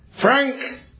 Frank